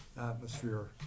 atmosphere